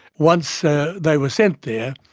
once ah they were sent there,